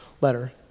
letter